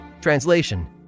Translation